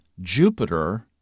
Jupiter